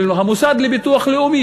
של המוסד לביטוח לאומי,